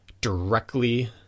directly